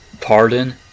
Pardon